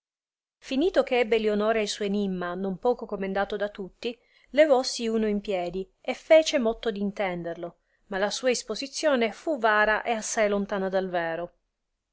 finito che ebbe lionora il suo enimma non poco comendato da tutti levossi uno in piedi e fece motto d intenderlo ma la sua isposizione fu vara e assai lontana dal vero